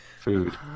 Food